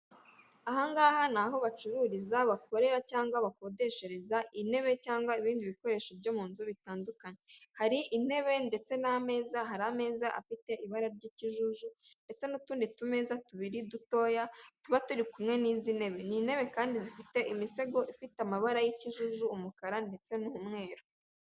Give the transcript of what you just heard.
Aha ngaha ni aho bacururiza, bakorera cyangwa bakodeshereza intebe cyangwa ibindi bikoresho byo mu nzu bitandukanye. Hari intebe ndetse n'ameza, hari ameza afite ibara ry'ikijuju, ndetse n'utundi tumeza tubiri dutoya tuba turi kumwe n'izi ntebe. Ni intebe kandi zifite imisego ifite amabara y'ikijuju, umukara ndetse n'umweru.